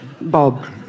Bob